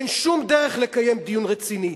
אין שום דרך לקיים דיון רציני.